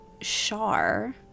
Shar